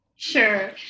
Sure